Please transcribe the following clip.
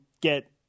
get –